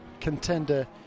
contender